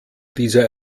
dieser